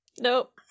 Nope